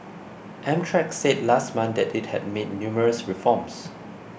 Amtrak said last month that it had made numerous reforms